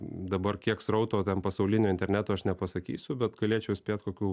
dabar kiek srauto ten pasaulinio interneto aš nepasakysiu bet galėčiau spėt kokių